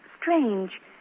strange